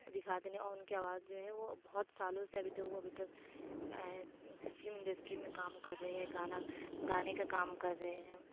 دکھاتے نہیں اور ان کی آواز جو ہے وہ بہت سالوں سے ابھی تک وہ ابھی تک فلم انڈسٹری میں کام کر رہے گانا گانے کا کام کر رہے ہیں